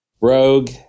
Rogue